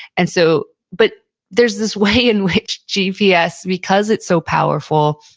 and so but there's this way in which gps, because it's so powerful,